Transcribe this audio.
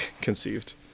conceived